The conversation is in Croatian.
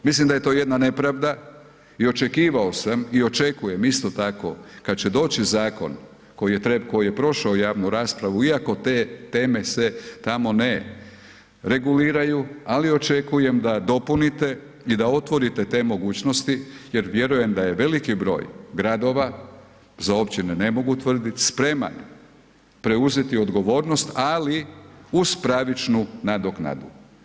Mislim da je to jedna nepravda i očekivao sam i očekujem isto tako kad će doći zakon koji je prošao javnu raspravu iako te teme se tamo ne reguliraju, ali očekujem da dopunite i da otvorite te mogućnosti jer vjerujem da je veliki broj gradova, za općine ne mogu tvrditi spreman preuzeti odgovornost, ali uz pravičnu nadoknadu.